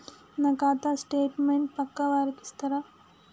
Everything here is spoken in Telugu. నా ఖాతా స్టేట్మెంట్ పక్కా వారికి ఇస్తరా?